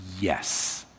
yes